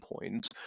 point